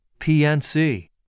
PNC